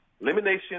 elimination